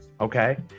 okay